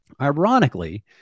Ironically